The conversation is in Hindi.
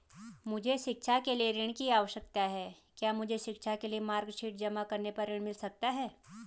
मुझे शिक्षा के लिए ऋण की आवश्यकता है क्या मुझे शिक्षा के लिए मार्कशीट जमा करने पर ऋण मिल सकता है?